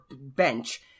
bench